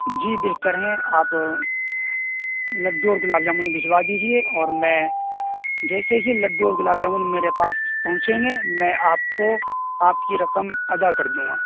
جی بہتر ہیں آپ لَڈُّو اور گلاب جامن بھجوا دیجیے اور میں جیسے ہی لَڈُّو اور گلاب جامن میرے پاس پہنچیں گے میں آپ کو آپ کی رقم ادا کر دوں گا